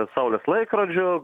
saulės laikrodžio